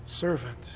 servant